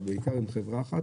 בעיקר עם חברה אחת,